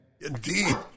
Indeed